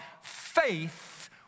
faith